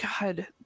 God